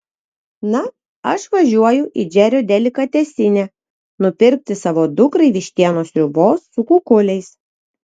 na aš važiuoju į džerio delikatesinę nupirkti savo dukrai vištienos sriubos su kukuliais